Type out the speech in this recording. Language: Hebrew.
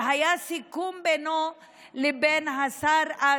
והיה סיכום בינו לבין השר אז,